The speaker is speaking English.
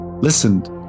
listened